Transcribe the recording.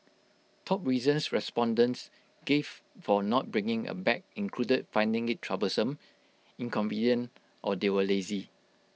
top reasons respondents gave for not bringing A bag included finding IT troublesome inconvenient or they were lazy